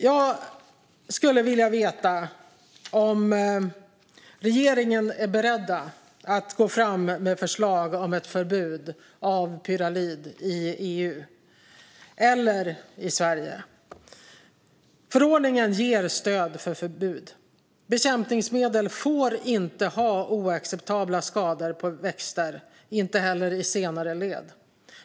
Jag skulle vilja veta om regeringen är beredd att gå fram med förslag om ett förbud mot pyralid i EU eller i Sverige. Förordningen ger stöd för förbud. Bekämpningsmedel får inte ha oacceptabla skadeverkningar på växter, inte heller i senare led.